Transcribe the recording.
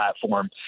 platform